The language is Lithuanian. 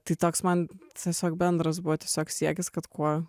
tai toks man tiesiog bendras buvo tiesiog siekis kad kuo